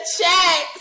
check